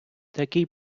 такий